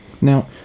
Now